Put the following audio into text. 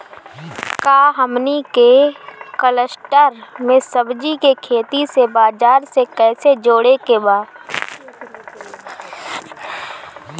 का हमनी के कलस्टर में सब्जी के खेती से बाजार से कैसे जोड़ें के बा?